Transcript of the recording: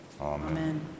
Amen